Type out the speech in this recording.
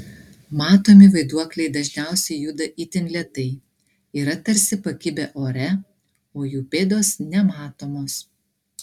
matomi vaiduokliai dažniausiai juda itin lėtai yra tarsi pakibę ore o jų pėdos nematomos